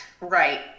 Right